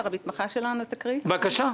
בבקשה,